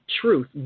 truth